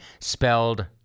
spelled